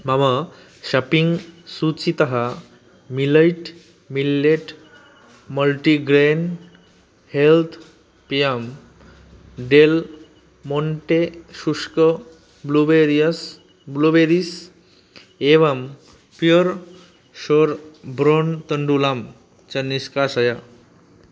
मम शपिङ्ग् सूचितः millet millet multigrain health पेयं डेल् मोण्टे शुष्क ब्लुबेरियस् ब्लुबेरीस् एवं प्योर् शोर् ब्रौन् तण्डुलाम् च निष्कासय